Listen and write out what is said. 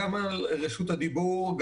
על רשות הדיבור,